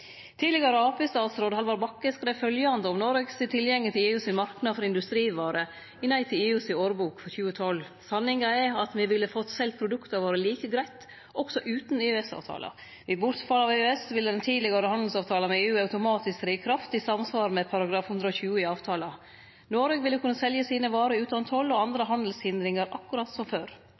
Tidlegare arbeidarpartistatsråd Halvard Bakke skreiv følgjande om Noregs tilgjenge til EUs marknad for industrivarer i Nei til EUs årbok for 2012: «Sannheten er at vi ville få solgt produktene våre like greit også uten EØS-avtalen. Ved bortfall av EØS ville den tidligere handelsavtalen med EU automatisk tre i kraft i samsvar med § 120 i avtalen. Norge ville kunne selge sine varer uten toll og andre handelshindringer akkurat som før.»